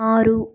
ఆరు